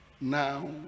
Now